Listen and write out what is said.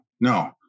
no